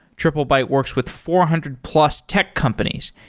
triplebyte works with four hundred plus tech companies,